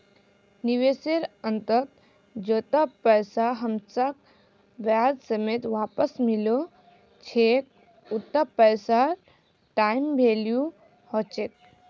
निवेशेर अंतत जैता पैसा हमसाक ब्याज समेत वापस मिलो छेक उता पैसार टाइम वैल्यू ह छेक